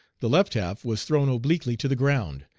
the left half was thrown obliquely to the ground,